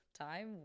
time